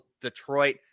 Detroit